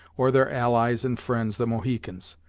or their allies and friends the mohicans.